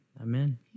Amen